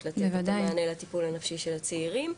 לתת את המענה לטיפול הנפשי של הצעירים,